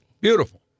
Beautiful